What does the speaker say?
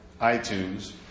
iTunes